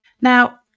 Now